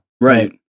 Right